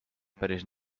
päris